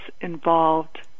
involved